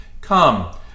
Come